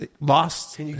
lost